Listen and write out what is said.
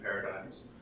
paradigms